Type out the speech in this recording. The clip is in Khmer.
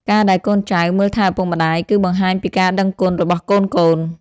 ការដែលកូនចៅមើលថែឪពុកម្តាយ គឺបង្ហាញពីការដឹងគុណរបស់កូនៗ។